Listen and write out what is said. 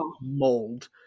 mold